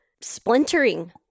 splintering